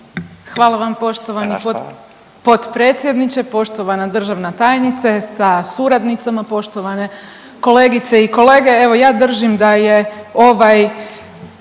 Rasprava./... … potpredsjedniče, poštovana državna tajnice sa suradnicama, poštovane kolegice i kolege. Evo ja držim da je ovaj